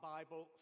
Bible